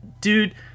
dude